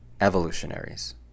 evolutionaries